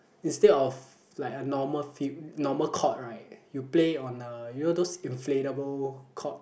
instead of like a normal field normal court right you play on a you know those inflatable court